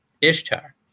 Ishtar